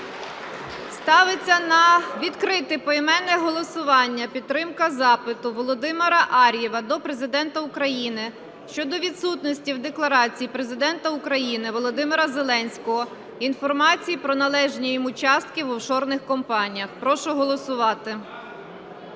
Ставиться на відкрите поіменне голосування підтримка запиту Володимира Ар'єва до Президента України щодо відсутності в декларації Президента України Володимира Зеленського інформації про належні йому частки в офшорних компаніях. Прошу голосувати.